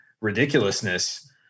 ridiculousness